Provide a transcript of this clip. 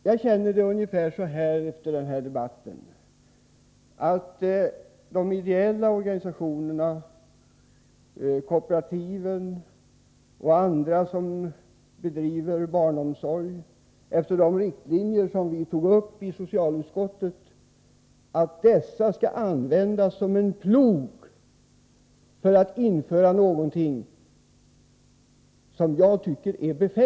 Efter denna debatt känner jag det ungefär så här: De ideella organisationerna, kooperativ och andra som bedriver barnomsorg efter de riktlinjer som vi tog upp i socialutskottet används som en plog för att införa någonting som jag tycker är befängt.